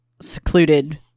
secluded